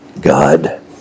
God